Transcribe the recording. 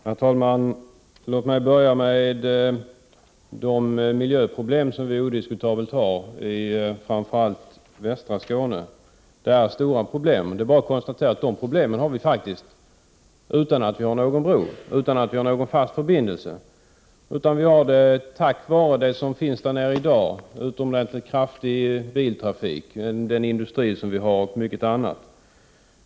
Herr talman! Låt mig börja med de miljöproblem som vi odiskutabelt har i framför allt västra Skåne. Det är stora problem, men det är bara att konstatera att de problemen har vi faktiskt utan någon bro, utan någon fast förbindelse, på grund av det som finns där nere i dag: utomordentligt kraftig biltrafik, industrier och mycket annat.